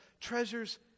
treasures